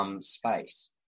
space